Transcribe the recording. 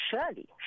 surely